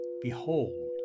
behold